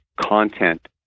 content